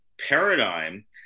paradigm